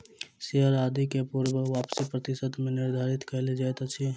share आदि के पूर्ण वापसी प्रतिशत मे निर्धारित कयल जाइत अछि